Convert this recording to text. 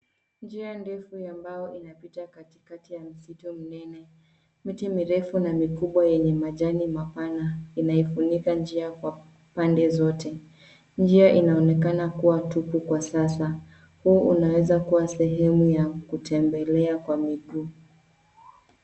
Njia ndefu ya mbao inapita katikati ya msitu mnene. Miti mirefu na mikubwa yenye majani mapana inaifunika njia kwa pande zote. Njia inaonekana kuwa tupu kwa sasa, hii inaweza kuwa sehemu ya kutembelea kwa miguu.